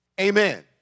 Amen